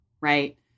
right